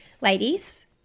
Ladies